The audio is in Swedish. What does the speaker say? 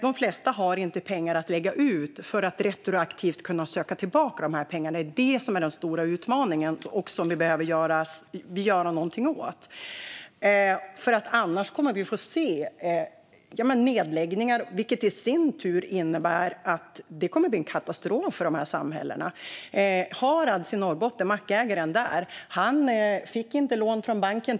De flesta har inte pengar att lägga ut för att sedan retroaktivt kunna söka tillbaka dem. Det är det som är den stora utmaningen som vi behöver göra någonting åt. Annars kommer vi att få se nedläggningar, vilket i sin tur kommer att bli katastrof för de här samhällena. Mackägaren i Harads i Norrbotten fick inte lån från banken.